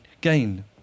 gain